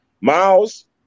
Miles